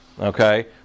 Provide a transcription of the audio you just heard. okay